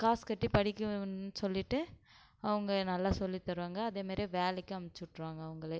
காசு கட்டி படிக்கிறோமேன்னு சொல்லிட்டு அவங்க நல்லா சொல்லித் தருவாங்க அதேமாதிரியே வேலைக்கு அனுப்பிசுட்ருவாங்க அவர்களே